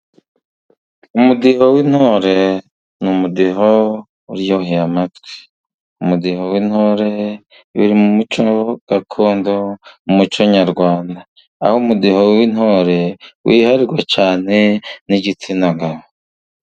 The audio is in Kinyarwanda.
Umudiho w'intore ni umudiho uryoheye amatwi. Umudiho w'intore biri muco gakondo, umuco nyarwanda. Aho umudiho w'intore wiharirwa cyane n'igitsina gabo.